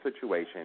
situation